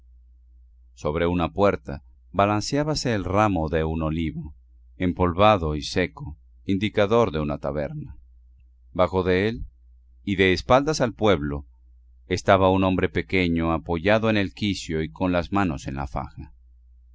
sobre una puerta balanceábase el ramo de olivo empolvado y seco indicador de una taberna bajo de él y de espaldas al pueblo estaba un hombre pequeño apoyado en el quicio y con las manos en la faja